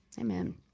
Amen